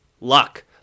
luck